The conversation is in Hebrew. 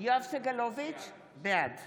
יואב סגלוביץ' בעד